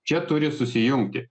čia turi susijungti